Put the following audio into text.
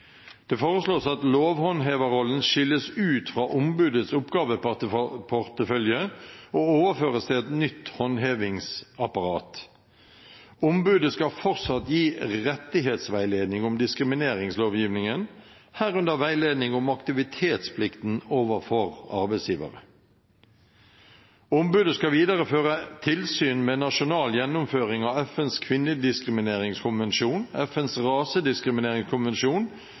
Det foreslås at lovhåndheverrollen skilles ut fra ombudets oppgaveportefølje og overføres til et nytt håndhevingsapparat. Ombudet skal fortsatt gi rettighetsveiledning om diskrimineringslovgivningen, herunder veiledning om aktivitetsplikten overfor arbeidsgivere. Ombudet skal videre føre tilsyn med nasjonal gjennomføring av FNs kvinnediskrimineringskonvensjon, FNs rasediskrimineringskonvensjon